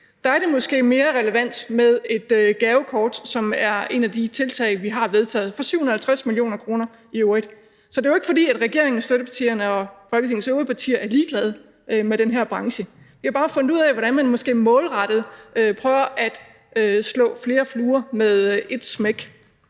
Der er det måske mere relevant med et gavekort, som er et af de tiltag, vi har vedtaget – for 750 mio. kr. i øvrigt. Så det er jo ikke, fordi regeringen, støttepartierne og Folketingets øvrige partier er ligeglade med den her branche. Vi har bare fundet ud af, hvordan man måske målrettet prøver at slå flere fluer med ét smæk.